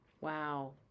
Wow